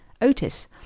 Otis